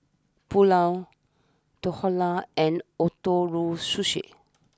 Pulao Dhokla and Ootoro Sushi